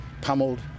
pummeled